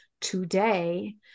today